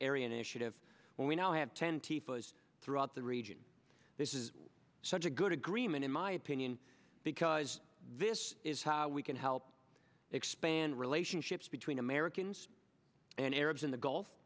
area initiative when we now have ten thousand throughout the region this is such a good agreement in my opinion because this is how we can help expand relationships between americans and arabs in the gulf